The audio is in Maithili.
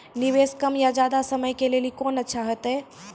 निवेश कम या ज्यादा समय के लेली कोंन अच्छा होइतै?